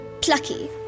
plucky